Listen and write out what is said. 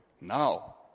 now